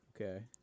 Okay